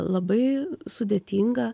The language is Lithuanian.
labai sudėtinga